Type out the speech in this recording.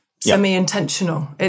semi-intentional